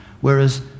whereas